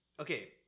okay